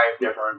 different